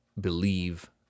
believe